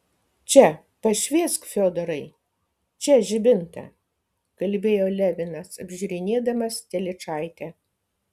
čia pašviesk fiodorai čia žibintą kalbėjo levinas apžiūrinėdamas telyčaitę